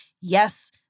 yes